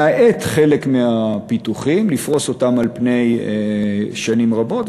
להאט חלק מהפיתוחים, לפרוס אותם על פני שנים רבות.